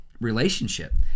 relationship